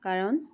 কাৰণ